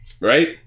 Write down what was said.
Right